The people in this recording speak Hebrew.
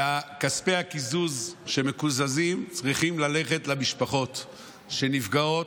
וכספי הקיזוז שמקוזזים צריכים ללכת למשפחות שנפגעות.